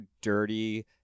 dirty